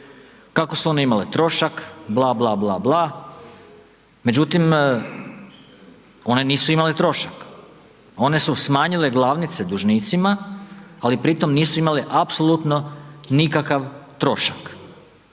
kako su one imale trošak, bla, bla, bla, bla, međutim one nisu imale trošak, one su smanjile glavnice dužnicima, ali pri tom nisu imale apsolutno nikakav trošak,